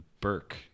burke